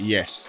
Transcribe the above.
Yes